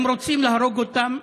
הם רוצים להרוג אותם.